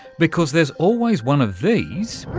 because there's always one of these